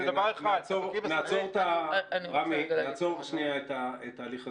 זה דבר אחד --- רמי, נעצור שנייה את התהליך הזה.